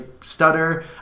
stutter